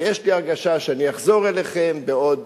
ויש לי הרגשה שאני אחזור אליכם בעוד